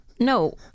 No